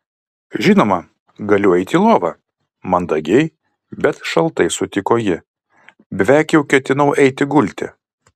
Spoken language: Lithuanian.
žinoma galiu eiti į lovą mandagiai bet šaltai sutiko ji beveik jau ketinau eiti gulti